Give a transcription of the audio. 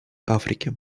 африке